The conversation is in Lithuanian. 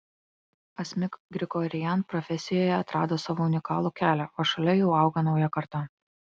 asmik grigorian profesijoje atrado savo unikalų kelią o šalia jau auga nauja karta